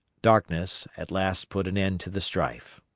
darkness at last put an end to the strife.